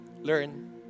Learn